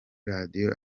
radio